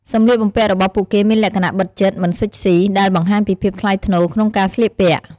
សម្លៀកបំពាក់របស់ពួកគេមានលក្ខណៈបិទជិត មិនស៊ិចស៊ី ដែលបង្ហាញពីភាពថ្លៃថ្នូរក្នុងការស្លៀកពាក់។